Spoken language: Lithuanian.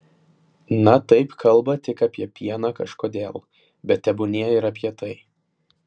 na taip kalba tik apie pieną kažkodėl bet tebūnie ir apie tai